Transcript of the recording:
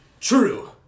True